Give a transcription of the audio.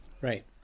Right